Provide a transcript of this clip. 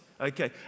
okay